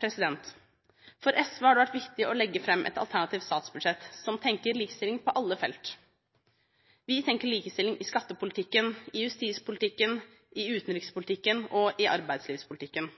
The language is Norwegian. For SV har det vært viktig å legge fram et alternativt statsbudsjett som tenker likestilling på alle felt. Vi tenker likestilling i skattepolitikken, i justispolitikken, i utenrikspolitikken og i arbeidslivspolitikken.